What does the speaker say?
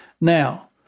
Now